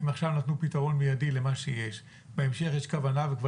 עכשיו נתנו פתרון מיידי למה שיש בהמשך יש כוונה וכבר